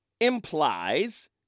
implies